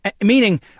Meaning